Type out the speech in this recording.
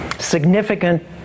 significant